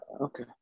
Okay